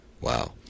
Wow